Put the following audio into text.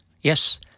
Yes